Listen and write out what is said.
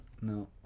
No